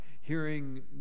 hearing